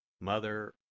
Mother